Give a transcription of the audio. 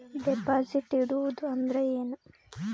Deposit ಇಡುವುದು ಅಂದ್ರ ಏನ?